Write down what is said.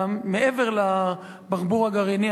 מעבר לברבור הגרעיני.